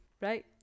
right